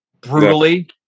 brutally